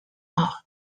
out